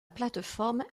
plateforme